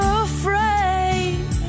afraid